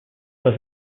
was